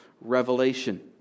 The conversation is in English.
revelation